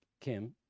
Kim